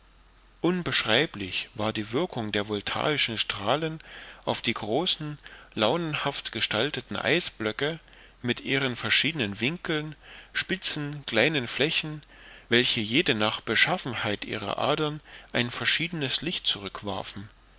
unbeschreiblich war die wirkung der voltaischen strahlen auf die großen launenhaft gestalteten eisblöcke mit ihren verschiedenen winkeln spitzen kleinen flächen welche jede nach beschaffenheit ihrer adern ein verschiedenes licht zurück